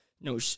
No